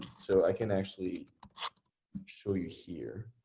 so i can actually show you here,